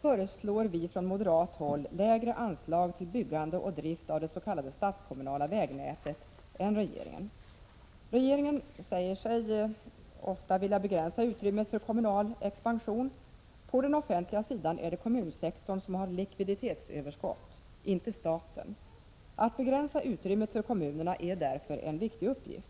föreslår vi från moderat håll lägre anslag till byggande och drift av det s.k. statskommunala vägnätet än regeringen. Regeringen säger sig ofta vilja begränsa utrymmet för kommunal expansion. På den offentliga sidan är det kommunsektorn som har likviditetsöverskott, inte staten. Att begränsa utrymmet för kommunerna är därför en viktig uppgift.